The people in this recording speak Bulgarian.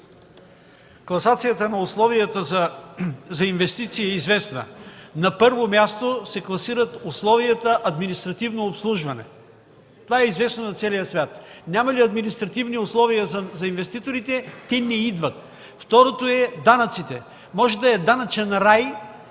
Класацията на условията за инвестиции е известна: на първо място се класира административното обслужване. Това е известно на целия свят. Няма ли административни условия за инвеститорите, те не идват. Второто условие са данъците. Може държавата да